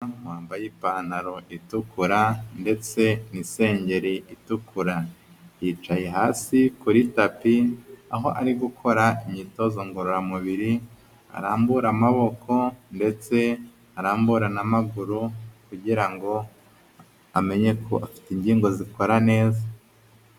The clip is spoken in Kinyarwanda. Umuntu wambaye ipantaro itukura ndetse n'isengeri itukura, yicaye hasi kuri tapi aho ari gukora imyitozo ngororamubiri arambura amaboko ndetse arambura n'amaguru kugira ngo amenye ko afite ingingo zikora neza.